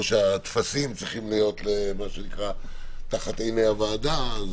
שהטפסים צריכים להיות תחת עיני הוועדה,